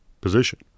position